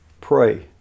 pray